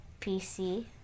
PC